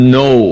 no